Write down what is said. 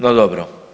No dobro.